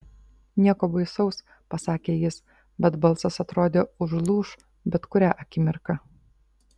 nieko baisaus pasakė jis bet balsas atrodė užlūš bet kurią akimirką